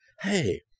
Hey